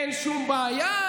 אין שום בעיה,